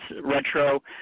retro